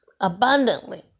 abundantly